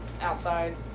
outside